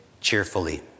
cheerfully